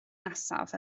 nesaf